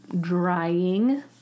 drying